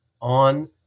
on